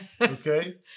okay